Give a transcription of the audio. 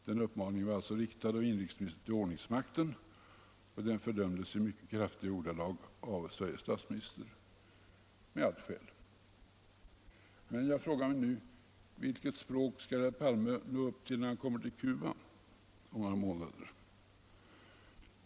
Den uppmaningen fördömdes med allt skäl i mycket kraftiga ordalag av statsministern. Men jag frågar mig nu: Vilket språk skall herr Palme nå upp till när han kommer till Cuba om några månader?